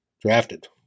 Drafted